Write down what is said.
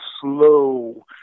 slow